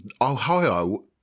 Ohio